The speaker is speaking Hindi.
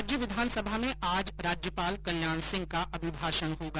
राज्य विधानसभा में आज राज्यपाल कल्याण सिंह का अभिभाषण होगा